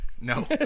No